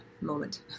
moment